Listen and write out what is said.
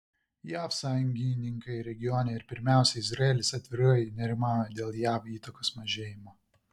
jav sąjungininkai regione ir pirmiausia izraelis atvirai nerimauja dėl jav įtakos mažėjimo